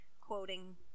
Quoting